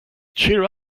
cheer